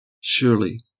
Surely